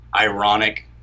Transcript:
ironic